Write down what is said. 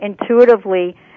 intuitively